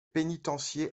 pénitencier